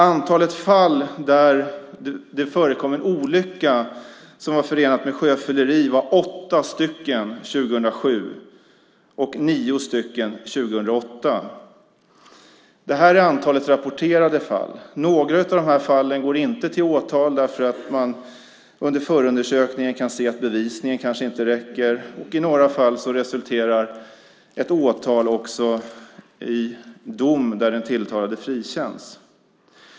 Antalet fall där det förekommer olycka som var förenad med sjöfylleri var 8 år 2007 och 9 år 2008. Det är antalet rapporterade fall. Några av dem går inte till åtal eftersom man under förundersökningen ser att bevisningen kanske inte räcker. I några fall resulterar ett åtal också i dom där den tilltalade frikänns.